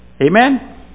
Amen